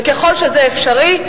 וככל שזה אפשרי,